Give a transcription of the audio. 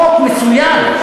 החוק מצוין,